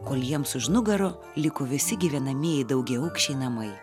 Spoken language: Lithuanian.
kol jiems už nugarų liko visi gyvenamieji daugiaaukščiai namai